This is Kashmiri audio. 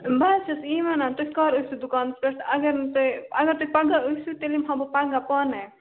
بہٕ حظ چھَس یی وَنان تُہۍ کَر ٲسِو دُکانَس پٮ۪ٹھ اگر نہٕ تُہۍ اَگر تُہۍ پگاہ ٲسِو تیٚلہِ یِمہٕ ہا بہٕ پگاہ پانَے